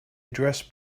address